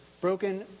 Broken